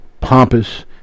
pompous